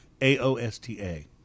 A-O-S-T-A